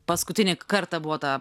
paskutinį kartą buvo tą